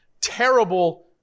terrible